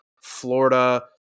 Florida